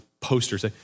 posters